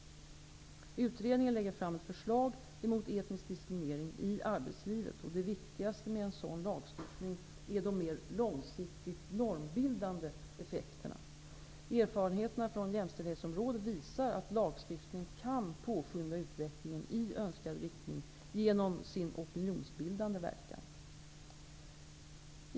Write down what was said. Utredningen lägger fram ett förslag mot etnisk diskriminering i arbetslivet. Det viktigaste med en sådan lagstiftning är de mer långsiktigt normbildade effekterna. Erfarenheterna från jämställdhetsområdet visar att lagstiftning kan påskynda utvecklingen i önskad riktning genom sin opinionsbildande verkan.